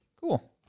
Cool